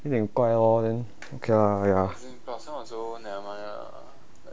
有点乖 lor then okay lah ya